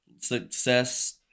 success